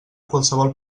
qualsevol